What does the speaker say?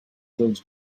dels